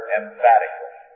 emphatically